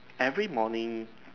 every morning